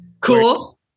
Cool